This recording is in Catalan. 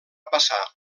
passar